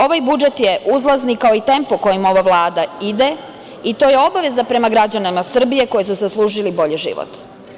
Ovaj budžet je uzlazni, kao i tempo kojim ova Vlada ide i to je obaveza prema građanima Srbije, koji su zaslužili bolji život.